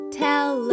tell